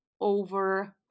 over